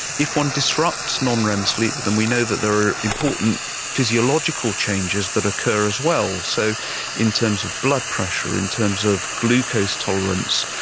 if one disrupts non-rem sleep then we know that there are important physiological changes that occur as well. so in terms of blood pressure, in terms of glucose tolerance,